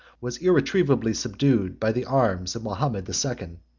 was irretrievably subdued by the arms of mahomet the second.